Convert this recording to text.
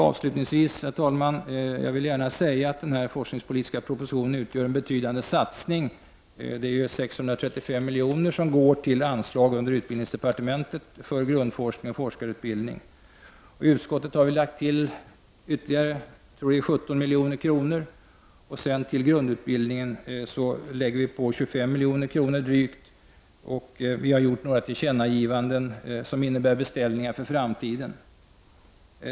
Avslutningsvis, fru talman, vill jag gärna säga att den forskningspolitiska propositionen innebär en betydande satsning. 635 milj.kr. går till anslag under utbildningsdepartementet för grundforskning och forskarutbildning. Utskottet har lagt till ytterligare 17 milj.kr. Till grundutbildning har vi lagt till drygt 25 milj.kr. Vi har också gjort några tillkännagivanden, som innebär beställningar för framtiden.